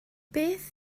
beth